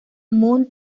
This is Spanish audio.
moon